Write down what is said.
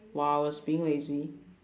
while I was being lazy